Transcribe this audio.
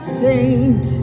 saint